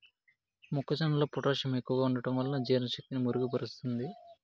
మొక్క జొన్నలో పొటాషియం ఎక్కువగా ఉంటడం వలన జీర్ణ శక్తిని మెరుగు పరుస్తాది